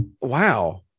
Wow